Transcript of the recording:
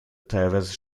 teilweise